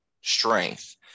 strength